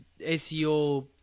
SEO